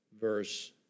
verse